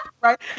right